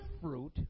fruit